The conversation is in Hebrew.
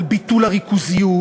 על ביטול הריכוזיות,